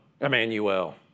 Emmanuel